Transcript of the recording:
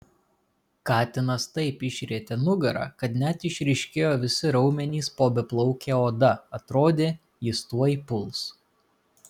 katinas taip išrietė nugarą kad net išryškėjo visi raumenys po beplauke oda atrodė jis tuoj puls